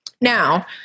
Now